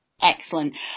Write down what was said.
Excellent